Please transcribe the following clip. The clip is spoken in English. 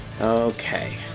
Okay